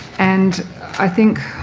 and i think